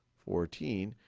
fourteen.